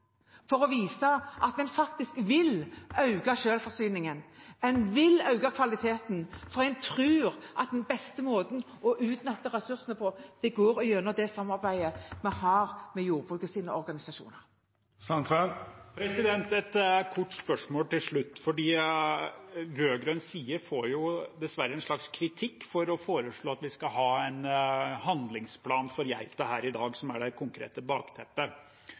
at en viser at en faktisk vil øke selvforsyningen. En vil øke kvaliteten, for en tror at den beste måten å utnytte ressursene på, er gjennom det samarbeidet vi har med jordbrukets organisasjoner. Et kort spørsmål til slutt, for rød-grønn side får dessverre en slags kritikk for å foreslå at vi skal ha en handlingsplan for geita, som er det konkrete bakteppet